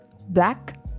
Black